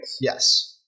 Yes